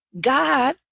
God